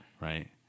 Right